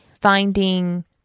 finding